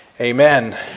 amen